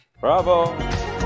bravo